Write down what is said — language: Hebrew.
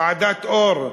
ועדת אור,